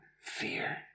fear